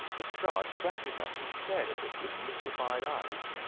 lestrade grabbed it up and stared at it with mystified eyes.